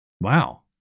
Wow